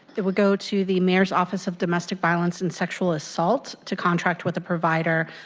it would go to the mayor's office of the mystic violence and sexual assaults to contract with a provider,